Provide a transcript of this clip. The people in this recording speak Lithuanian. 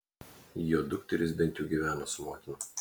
jo dukterys bent jau gyveno su motina